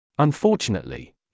Unfortunately